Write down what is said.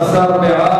32)